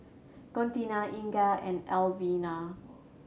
Contina Inga and Alvina